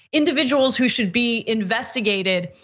individuals who should be investigated.